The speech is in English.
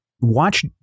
Watch